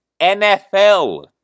NFL